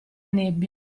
nebbia